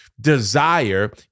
desire